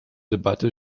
debatte